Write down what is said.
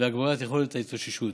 והגברת יכולת ההתאוששות.